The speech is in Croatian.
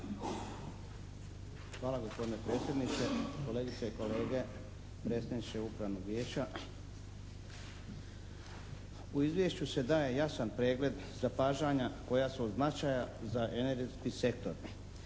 Hvala gospodine predsjedniče, kolegice i kolege, predsjedniče Upravnog vijeća. U Izvješću se daje jasan pregled zapažanja koja su od značaja za energetski sektor.